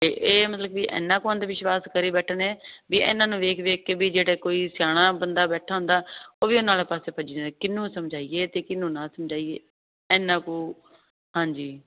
ਅਤੇ ਇਹ ਮਤਲਬ ਕਿ ਇੰਨਾ ਕੁ ਅੰਧ ਵਿਸ਼ਵਾਸ ਕਰੀ ਬੈਠੇ ਨੇ ਵੀ ਇਹਨਾਂ ਨੂੰ ਵੇਖ ਵੇਖ ਕੇ ਵੀ ਜਿਹੜੇ ਕੋਈ ਸਿਆਣਾ ਬੰਦਾ ਬੈਠਾ ਹੁੰਦਾ ਉਹ ਵੀ ਉਹਨਾਂ ਵਾਲੇ ਪਾਸੇ ਭੱਜੀ ਜਾਂਦੇ ਕਿਹਨੂੰ ਸਮਝਾਈਏ ਅਤੇ ਕਿਹਨੂੰ ਨਾ ਸਮਝਾਈਏ ਇੰਨਾ ਕੁ ਹਾਂਜੀ